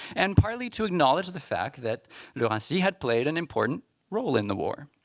and partly to acknowledge the fact that le raincy had played an important role in the war.